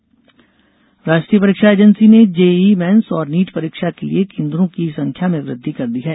NEET राष्ट्रीय परीक्षा agency ने जेईई मेन्स और नीट परीक्षा के लिए केन्द्रों की संख्या में वृद्धि कर दी है